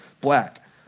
black